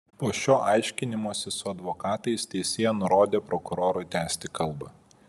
po šio aiškinimosi su advokatais teisėja nurodė prokurorui tęsti kalbą